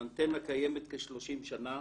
האנטנה קיימת כ-30 שנה.